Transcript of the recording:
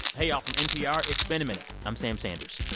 hey, y'all. from npr, it's been a minute. i'm sam sanders.